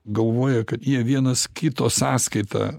galvoja kad jie vienas kito sąskaita